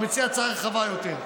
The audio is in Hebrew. אבל הוא מציע הצעה רחבה יותר.